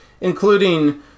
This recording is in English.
including